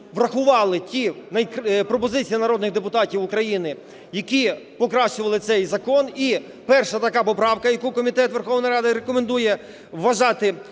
врахували ті пропозиції народних депутатів України, які покращували цей закон. І перша така поправка, яку комітет Верховної Ради рекомендує вважати